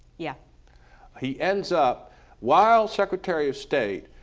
yeah he ends up while secretary of state